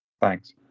Thanks